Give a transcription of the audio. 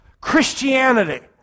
Christianity